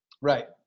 Right